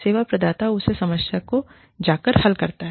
सेवा प्रदाता उस समस्या को जाकर हल करता है